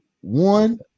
One